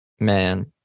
Man